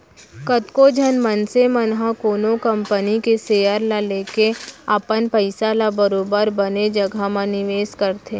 कतको झन मनसे मन ह कोनो कंपनी के सेयर ल लेके अपन पइसा ल बरोबर बने जघा म निवेस करथे